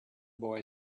boy